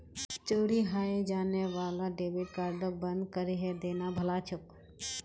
चोरी हाएं जाने वाला डेबिट कार्डक बंद करिहें देना भला छोक